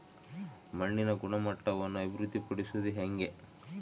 ಮಣ್ಣಿನ ಗುಣಮಟ್ಟವನ್ನು ಅಭಿವೃದ್ಧಿ ಪಡಿಸದು ಹೆಂಗೆ?